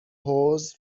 حوض